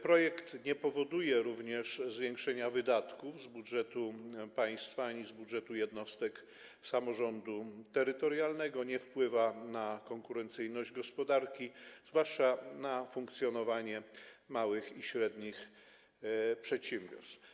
Projekt nie powoduje również zwiększenia wydatków z budżetu państwa ani z budżetu jednostek samorządu terytorialnego, nie wpływa na konkurencyjność gospodarki, zwłaszcza na funkcjonowanie małych i średnich przedsiębiorstw.